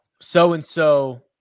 so-and-so